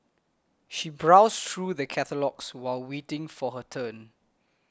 she browsed through the catalogues while waiting for her turn